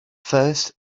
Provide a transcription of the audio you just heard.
first